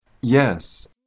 Yes